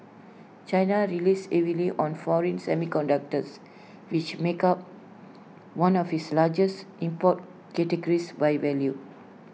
China relies heavily on foreign semiconductors which make up one of this largest import categories by value